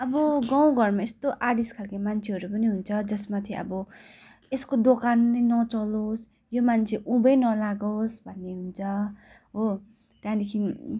अब गाउँ घरमा यस्तो आरिस खालके मान्छेहरू पनि हुन्छ जस माथि अब यसको दोकान नै नचलोस् यो मान्छे उँभै नलागोस् भन्ने हुन्छ हो त्यहाँदेखि